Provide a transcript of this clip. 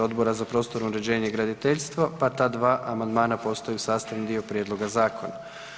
Odbora za prostorno uređenje i graditeljstvo, pa ta 2 amandmana postaju sastavni dio prijedloga zakona.